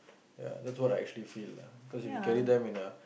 ya that's what I actually feel lah cause if you carry them in a